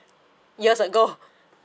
years ago